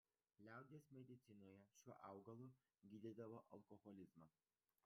liaudies medicinoje šiuo augalu gydydavo alkoholizmą